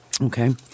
Okay